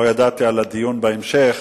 לא ידעתי על הדיון בהמשך